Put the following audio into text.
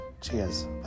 Cheers